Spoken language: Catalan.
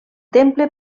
temple